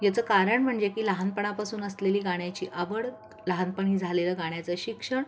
याचं कारण म्हणजे की लहानपणापासून असलेली गाण्याची आवड लहानपणी झालेलं गाण्याचं शिक्षण